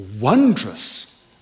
wondrous